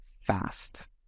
fast